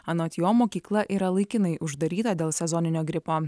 anot jo mokykla yra laikinai uždaryta dėl sezoninio gripo